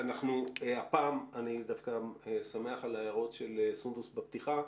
הפעם אני דווקא שמח על ההערות של סונדוס בפתיחה,